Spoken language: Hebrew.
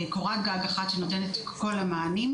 קורת גג אחת שנותנת את כל המענים.